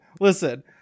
Listen